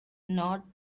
not